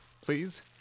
please